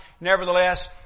nevertheless